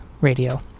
radio